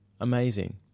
Amazing